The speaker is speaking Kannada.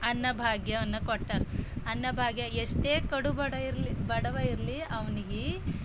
ಅನ್ನ ಭಾಗ್ಯವನ್ನು ಕೊಟ್ಟರು ಅನ್ನಭಾಗ್ಯ ಎಷ್ಟೇ ಕಡು ಬಡವ ಇರಲಿ ಬಡವ ಇರಲಿ ಅವನಿಗೆ